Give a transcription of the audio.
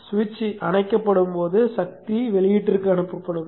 சுவிட்ச் அணைக்கப்படும் போது சக்தி வெளியீட்டிற்கு அனுப்பப்படுகிறது